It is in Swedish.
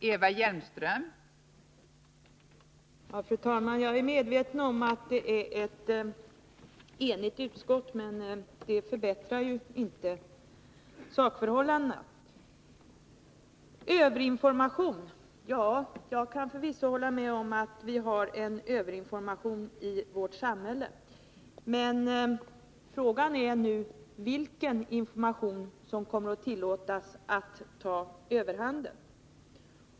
Fru talman! Jag är medveten om att utskottet är enigt, men det förbättrar ju inte sakförhållandena. Sven-Erik Nordin talar om överinformation. Jag kan förvisso hålla med om att vi har en överinformation i vårt samhälle. Men frågan är nu vilken information som kommer att tillåtas ta överhanden.